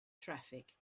traffic